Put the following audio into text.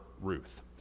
Ruth